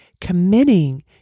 committing